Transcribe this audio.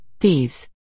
thieves